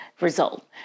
result